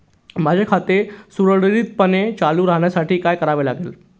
माझे खाते सुरळीतपणे चालू राहण्यासाठी काय करावे लागेल?